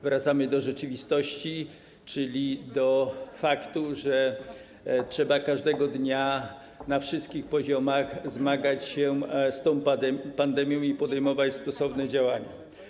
Wracamy do rzeczywistości, czyli do faktu, że trzeba każdego dnia na wszystkich poziomach zmagać się z tą pandemią i podejmować stosowne działania.